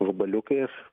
vabaliukai ir